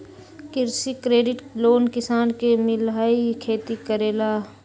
कृषि credit loan किसान के मिलहई खेती करेला?